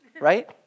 right